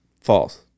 False